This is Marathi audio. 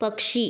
पक्षी